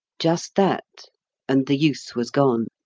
just that and the youth was gone.